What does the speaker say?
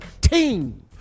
team